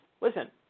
listen